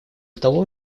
того